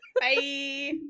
Bye